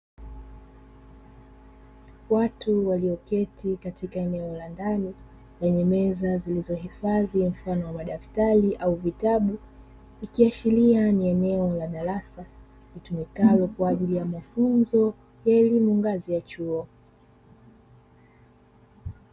Watu walioketi katika eneo la ndani lenye meza zilizohifadhi mfano wa madaftari au vitabu, ikiashiria ni eneo la darasa litumikalo kwa ajili ya mafunzo ya elimu ngazi ya chuo.